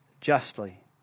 justly